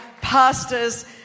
pastors